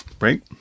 right